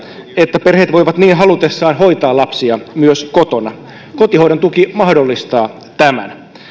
että perheet voivat niin halutessaan hoitaa lapsia myös kotona kotihoidon tuki mahdollistaa tämän